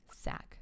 sack